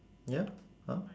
ya !huh!